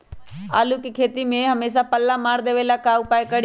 आलू के खेती में हमेसा पल्ला मार देवे ला का उपाय करी?